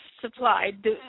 supplied